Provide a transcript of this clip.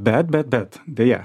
bet bet bet deja